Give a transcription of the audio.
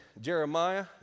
Jeremiah